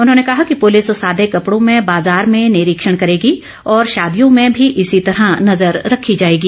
उन्होंने कहा कि पुलिस सादे कपड़ों में बाजार में निरीक्षण करेगी और शादियों में भी इसी तरह नजर रखी जाएगी